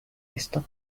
esto